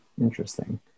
Interesting